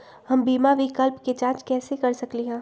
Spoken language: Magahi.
हम बीमा विकल्प के जाँच कैसे कर सकली ह?